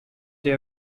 they